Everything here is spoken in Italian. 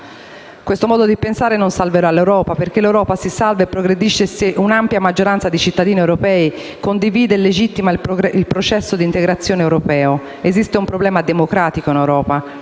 Questo modo di pensare non salverà l'Europa, perché l'Europa si salva e progredisce se un'ampia maggioranza di cittadini europei condivide e legittima il processo d'integrazione europeo. Esiste un problema democratico in Europa